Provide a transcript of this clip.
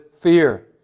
fear